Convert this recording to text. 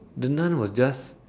the nun was just